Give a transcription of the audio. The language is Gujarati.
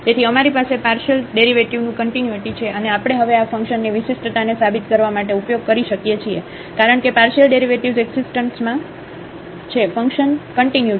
તેથી અમારી પાસે પાર્શિયલ ડેરિવેટિવનું કન્ટિન્યુટી છે અને આપણે હવે આ ફંકશનની વિશિષ્ટતાને સાબિત કરવા માટે ઉપયોગ કરી શકીએ છીએ કારણ કે પાર્શિયલ ડેરિવેટિવ્ઝ એકઝીસ્ટન્સમાં છે ફંકશન કંટીન્યુ છે